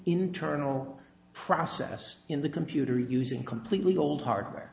internal process in the computer using completely old hardware